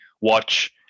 watch